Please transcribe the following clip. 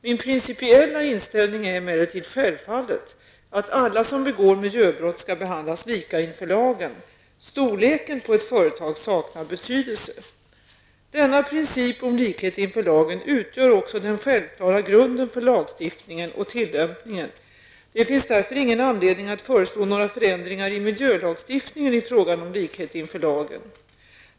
Min principiella inställning är emellertid självfallet att alla som begår miljöbrott skall behandlas lika inför lagen. Storleken på ett företag saknar betydelse. Denna princip om likhet inför lagen utgör också den självklara grunden för lagstiftningen och tillämpningen. Det finns därför ingen anledning att föreslå några förändringar i miljölagstiftningen i fråga om likhet inför lagen.